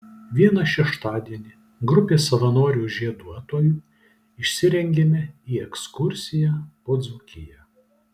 vieną šeštadienį grupė savanorių žieduotojų išsirengėme į ekskursiją po dzūkiją